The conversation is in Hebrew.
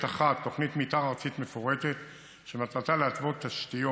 שבירושלים פארק המסילה הוא מוצר מאוד נדיר,